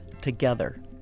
together